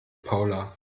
paula